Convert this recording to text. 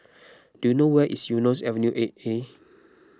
do you know where is Eunos Avenue eight A